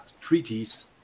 treaties